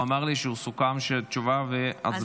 הוא אמר לי שסוכם שתשובה והצבעה במועד אחר.